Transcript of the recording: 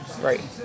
Right